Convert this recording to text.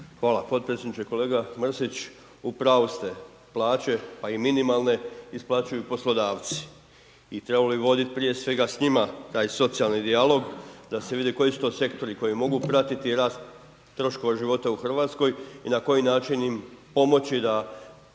Hvala podpredsjedniče. Kolega Mrsić, u pravu ste. Plaće, pa i minimalne isplaćuju poslodavci, i trebalo bi vodit prije svega s njima taj socijalni dijalog, da se vidi koji su to sektori koji mogu pratiti rast troškova života u Hrvatskoj, i na koji način im pomoći da